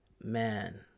Man